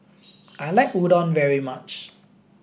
I like Udon very much